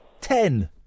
ten